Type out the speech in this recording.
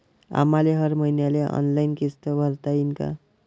आम्हाले हर मईन्याले ऑनलाईन किस्त भरता येईन का?